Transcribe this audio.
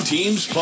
Teams